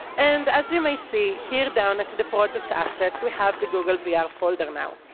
and as you may see here down at the project assets we have the google vr ah folder now.